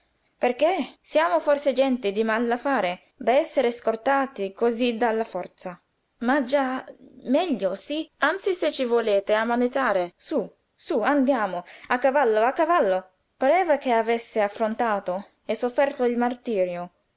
perché siamo forse gente di mal affare da essere scortati cosí dalla forza ma già meglio sí anzi se ci volete ammanettare sú sú andiamo a cavallo a cavallo pareva che avesse affrontato e sofferto il martirio